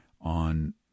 on